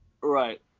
Right